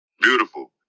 Beautiful